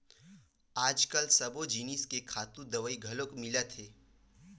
आजकाल सब्बो जिनिस मन के खातू दवई घलोक मिलत हे